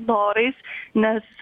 norais nes